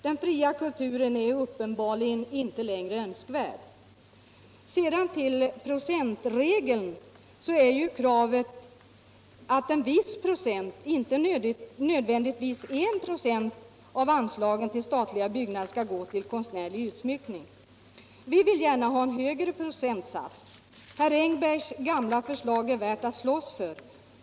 Den fria kulturen är uppenbarligen inte längre önskvärd. Beträffande procentregeln är ju kravet att en viss procent — inte nödvändigtvis I 26 —-av anslagen till statliga byggnader skall gå till konstnärlig utsmyckning. Vi vill gärna ha en högre procentsats. Herr Engbergs gamla förslag är värt att slåss för.